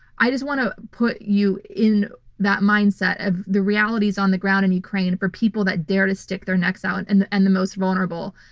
i just want to put you in that mindset of the realities on the ground in ukraine for people that are there to stick their necks out and the and the most vulnerable.